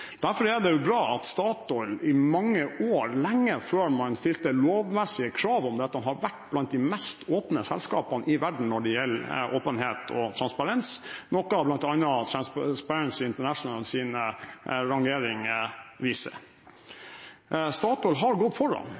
Derfor er det bra at Statoil i mange år, lenge før man stilte lovmessige krav om dette, har vært blant de mest åpne selskapene i verden når det gjelder åpenhet og transparens, noe bl.a. Transparency Internationals rangeringer viser. Statoil har gått foran.